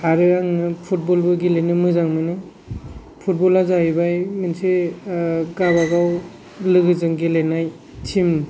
आरो आङो फुटबलबो गेलेनो मोजां मोनो फुटबला जाहैबाय मोनसे गावबागाव लोगोजों गेलेनाय टिम